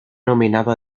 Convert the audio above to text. nominado